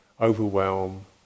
overwhelm